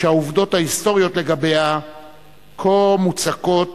שהעובדות ההיסטוריות לגביה כה מוצקות